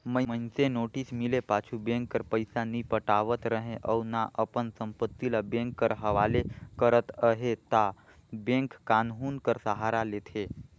मइनसे नोटिस मिले पाछू बेंक कर पइसा नी पटावत रहें अउ ना अपन संपत्ति ल बेंक कर हवाले करत अहे ता बेंक कान्हून कर सहारा लेथे